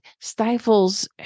stifles